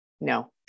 No